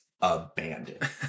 abandoned